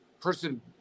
person